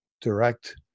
direct